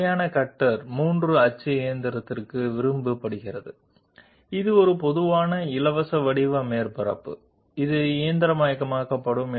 free form surface మ్యాచింగ్లో నిలువు అక్షం చుట్టూ తిరిగే మరియు గోళాకారంలో ముగిసే స్థూపాకార ఆకారాన్ని కలిగి ఉండే ఈ నిర్దిష్ట కట్టర్ 3 యాక్సిస్ మ్యాచింగ్కు ప్రాధాన్యతనిస్తుంది మరియు ఇది సాధారణ ఫ్రీ ఫామ్ సర్ఫేస్ అని చూపబడింది